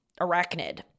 arachnid